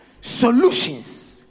solutions